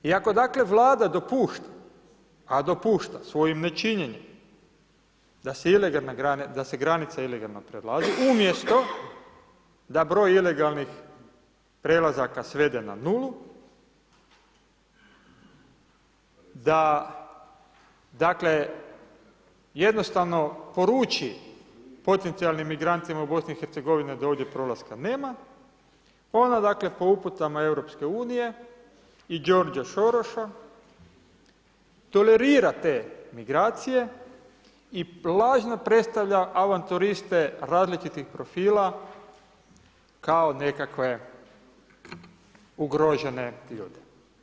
Iako dakle Vlada dopušta a dopušta svojim nečinjenjem da se granice ilegalno prelaze umjesto da broj ilegalnih prelazaka svede na nulu, da dakle jednostavno poruči potencijalnim migrantima u BiH-a da ovdje prolaska nema, ona dakle po uputama EU i George Soros tolerira te migracije i lažno predstavlja avanturiste različitih profila kao nekakve ugrožene ljude.